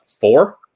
four